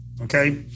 okay